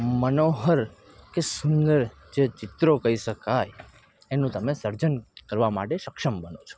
મનોહર કે સુંદર જે ચિત્રો કહી શકાય એનું તમે સર્જન કરવા માટે સક્ષમ બનો છો